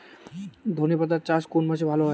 ধনেপাতার চাষ কোন মাসে ভালো হয়?